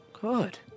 Good